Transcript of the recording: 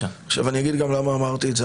אני אגיד גם למה אמרתי את זה,